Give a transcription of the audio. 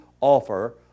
offer